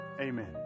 amen